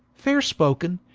faire spoken,